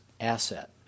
asset